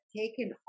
taken